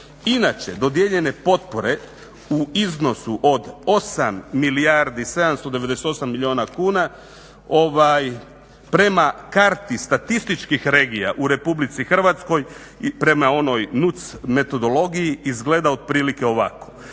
Inače dodijeljene potpore u iznosu od 8 milijardi 798 milijuna kuna prema karti statističkih regija u Republici Hrvatskoj prema onoj NUC metodologiji izgleda otprilike ovako: